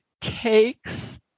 takes